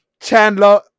Chandler